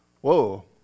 whoa